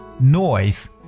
noise